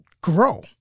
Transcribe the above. grow